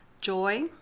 joy